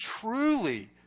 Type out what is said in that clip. truly